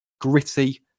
gritty